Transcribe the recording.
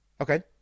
Okay